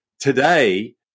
Today